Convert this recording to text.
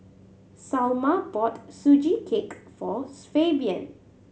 Salma bought Sugee Cake for Fabian